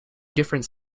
different